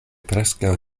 preskaŭ